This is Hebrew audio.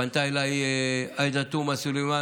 פנתה אליי עאידה תומא סלימאן,